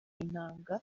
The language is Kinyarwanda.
intanga